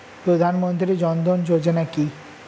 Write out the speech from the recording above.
প্রধানমন্ত্রী জনধন যোজনা কি?